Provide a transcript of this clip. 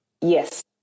Yes